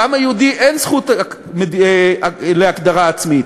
לעם היהודי אין זכות להגדרה עצמית,